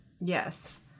Yes